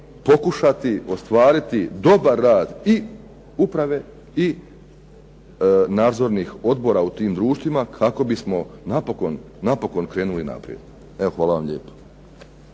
pokušati ostvariti dobar rad i uprave i nadzornih odbora u tim društvima kako bismo napokon krenuli naprijed. Hvala vam lijepa.